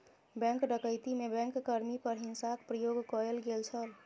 bank डकैती में bank कर्मी पर हिंसाक प्रयोग कयल गेल छल